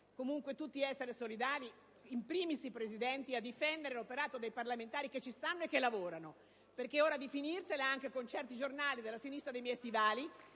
essere tutti solidali, *in primis* i Presidenti, nel difendere l'operato dei parlamentari che ci stanno e che lavorano. È ora di finirla anche con certi giornali della sinistra dei miei stivali